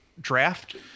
draft